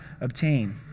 obtain